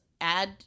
add